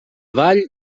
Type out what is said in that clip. vall